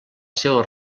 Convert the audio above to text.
seva